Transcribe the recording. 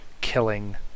killing